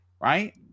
right